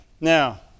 now